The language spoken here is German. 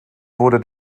wurde